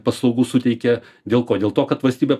paslaugų suteikia dėl ko dėl to kad valstybė